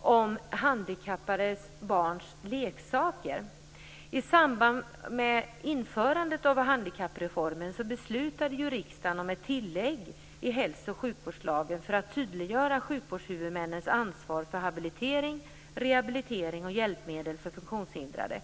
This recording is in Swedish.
om handikappade barns leksaker. I samband med införandet av handikappreformen beslutade riksdagen om ett tillägg i hälso och sjukvårdslagen för att tydliggöra sjukvårdshuvudmännens ansvar för habilitering, rehabilitering och hjälpmedel för funktionshindrade.